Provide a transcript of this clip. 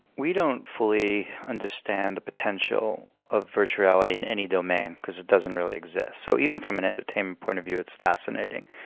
we don't fully understand the potential of virtual reality in any domain because it doesn't really exist. so even from an entertainment point of view, it's fascinating.